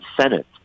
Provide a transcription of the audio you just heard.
Senate